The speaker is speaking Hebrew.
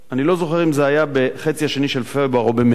אני לא זוכר אם זה היה בחצי השני של פברואר או במרס,